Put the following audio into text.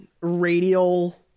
radial